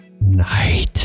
Night